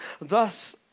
Thus